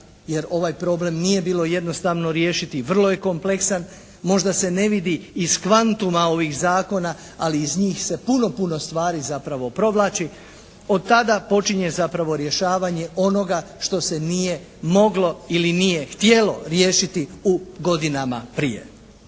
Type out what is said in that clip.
jer ovaj problem nije bilo jednostavno riješiti i vrlo je kompleksan. Možda se ne vidi iz kvantuma ovih zakona, ali iz njih se puno, puno stvari zapravo provlači. Od tada počinje zapravo rješavanje onoga što se nije moglo ili nije htjelo riješiti u godinama prije.